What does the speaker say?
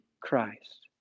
christ